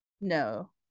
No